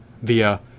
via